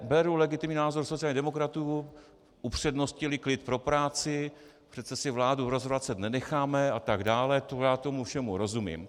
Beru legitimní názor sociálních demokratů, upřednostnili klid pro práci, přece si vládu rozvracet nenecháme a tak dále, já tomu všemu rozumím.